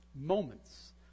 moments